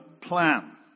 plan